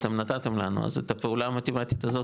אתם נתתם לנו אז את הפעולה המתמטית הזאת,